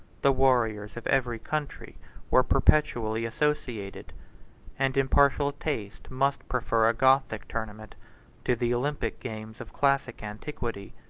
the warriors of every country were perpetually associated and impartial taste must prefer a gothic tournament to the olympic games of classic antiquity.